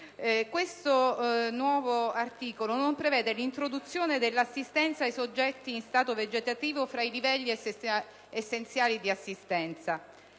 questo nuovo articolo non prevede l'introduzione dell'assistenza ai soggetti in stato vegetativo tra i livelli essenziali di assistenza.